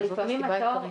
זאת הסיבה העיקרית.